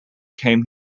came